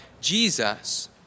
Jesus